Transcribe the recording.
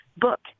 book